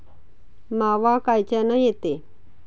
मावा कायच्यानं येते?